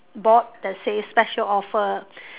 board that says special offer